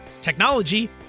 technology